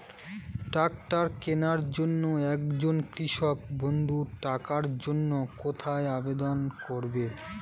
Tractor কিনার জন্য একজন কৃষক বন্ধু টাকার জন্য কোথায় আবেদন করবে?